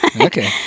Okay